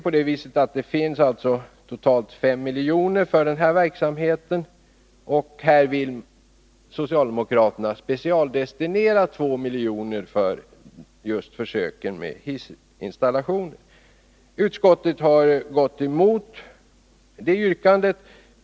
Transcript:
Det finns totalt 5 miljoner för experimentverksamheten, och socialdemokraterna vill alltså nu specialdestinera 2 miljoner till dessa försök med hissinstallationer. Utskottet har gått emot detta yrkande.